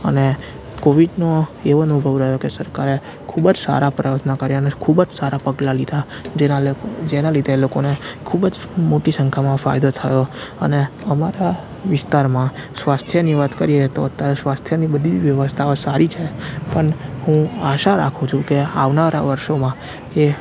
અને કોવિડનો એવો અનુભવ રહ્યો કે સરકારે ખૂબજ સારા પ્રયત્નો કર્યાને ખૂબજ સારાં પગલાં લીધા જેના લ જેના લીધે લોકોને ખૂબજ મોટી સંખ્યામાં ફાયદો થયો અને અમારા વિસ્તારમાં સ્વાસ્થ્યની વાત કરીએ તો અત્યારે સ્વાસ્થ્યની બધી વ્યવસ્થાઓ સારી છે અને હું આશા રાખું છું કે આવનારા વર્ષોમાં એ